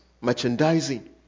merchandising